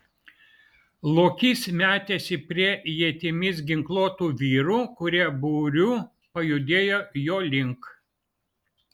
lokys metėsi prie ietimis ginkluotų vyrų kurie būriu pajudėjo jo link